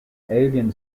alien